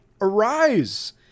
arise